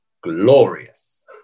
glorious